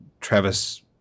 Travis